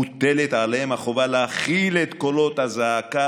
מוטלת עליהם החובה להכיל את קולות הזעקה